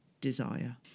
desire